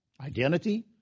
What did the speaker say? identity